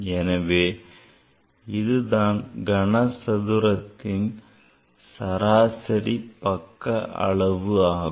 எனவே இதுதான் கனசதுரத்தின் சராசரி பக்க அளவு ஆகும்